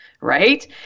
right